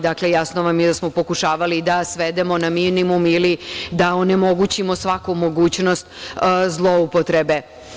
Dakle, jasno vam je da smo pokušavali da svedemo na minimum ili da onemogućimo svaku mogućnost zloupotrebe.